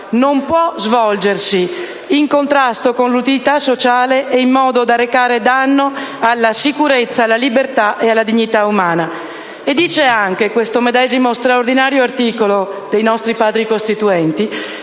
Non può svolgersi in contrasto con l'utilità sociale o in modo da recare danno alla sicurezza, alla libertà, alla dignità umana». Questo medesimo straordinario articolo dei nostri Padri costituenti